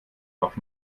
auf